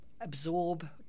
absorb